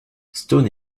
stone